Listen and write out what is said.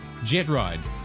JetRide